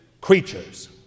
creatures